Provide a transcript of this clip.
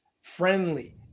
friendly